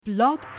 Blog